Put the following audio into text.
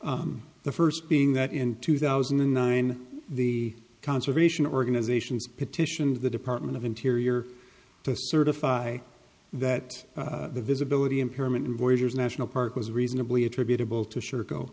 the first being that in two thousand and nine the conservation organizations petitioned the department of interior to certify that the visibility impairment in voyagers national park was reasonably attributable to